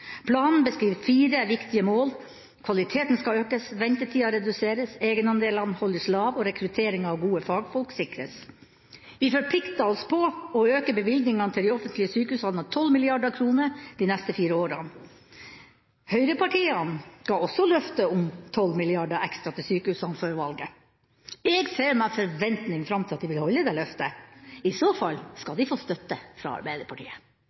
Planen beskriver fire viktige mål: Kvaliteten skal økes, ventetida reduseres, egenandelene holdes lave og rekrutteringa av gode fagfolk sikres. Vi forpliktet oss til å øke bevilgningene til de offentlige sykehusene med 12 mrd. kr de neste fire årene. Høyrepartiene ga også et løfte om 12 mrd. kr ekstra til sykehusene før valget. Jeg ser med forventning fram til at de vil holde det løftet – i så fall skal de få støtte fra Arbeiderpartiet.